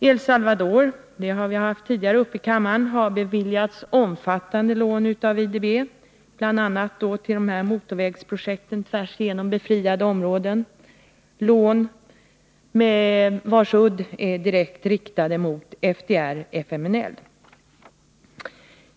El Salvador har, vilket vi tidigare debatterat här i kammaren, beviljats omfattande lån av IDB, bl.a. till motorvägsprojekt tvärs igenom befriade områden, lån vars udd är riktad direkt mot FDR/FMLN.